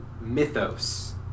mythos